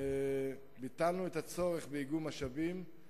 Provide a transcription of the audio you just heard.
ביטלנו את הצורך באיגום משאבים,